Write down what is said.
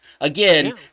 Again